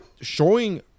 showing